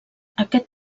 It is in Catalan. aquest